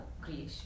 creation